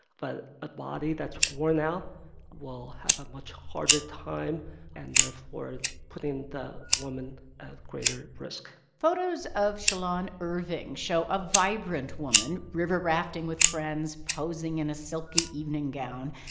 but a body that's worn out will have a much harder time and therefore putting the woman at greater risk photos of shalon irving show a vibrant woman river-rafting with friends, posing in a silky evening gown.